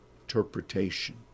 interpretation